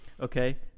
Okay